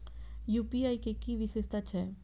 UPI के कि विषेशता छै?